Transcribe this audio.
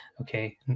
okay